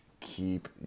keep